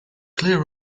clear